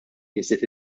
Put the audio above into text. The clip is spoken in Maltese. jiżdied